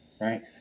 right